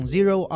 Zero